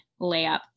layup